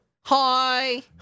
hi